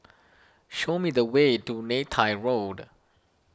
show me the way to Neythai Road